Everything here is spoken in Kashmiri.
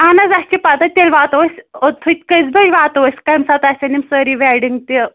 اَہَن حظ اَسہِ چھِ پَتاہ تیٚلہِ واتو أسۍ اوٚتتھٕے کٔژِ بَجہِ واتو أسۍ کَمہِ ساتہٕ آسن یِم سأری ویٚڈنٛگ تہِ